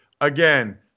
Again